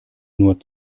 nur